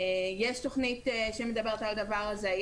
יש תוכנית שמדברת על הדבר הזה,